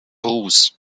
bruce